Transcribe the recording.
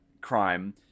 crime